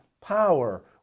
power